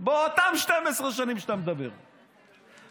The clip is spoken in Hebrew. באותן 12 שנים שאתה מדבר עליהן.